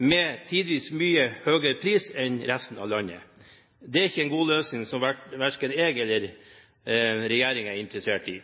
med tidvis mye høyere pris enn resten av landet. Det er ikke en løsning som verken jeg eller regjeringen er interessert i.